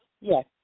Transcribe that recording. Yes